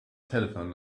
telephone